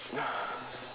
ya